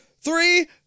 three